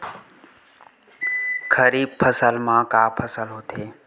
खरीफ फसल मा का का फसल होथे?